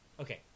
Okay